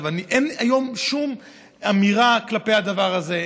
היום אין שום אמירה כלפי הדבר הזה,